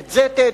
את זה תאטום,